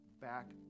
back